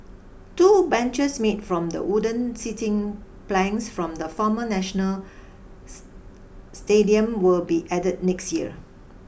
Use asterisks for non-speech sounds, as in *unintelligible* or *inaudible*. two benches made from the wooden seating planks from the former National *unintelligible* Stadium will be added next year